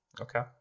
Okay